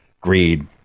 greed